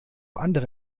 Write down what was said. andere